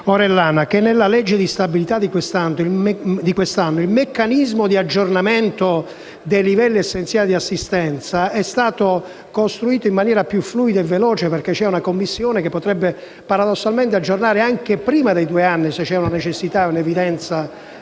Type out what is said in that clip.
Orellana che nella legge di stabilità di quest'anno il meccanismo di aggiornamento dei livelli essenziali di assistenza è stato costruito in maniera più fluida e veloce, perché c'è una Commissione che paradossalmente potrebbe aggiornarli anche prima dei due anni, se ci fosse una necessità e un'evidenza